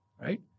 Right